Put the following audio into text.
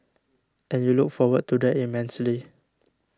and you look forward to that immensely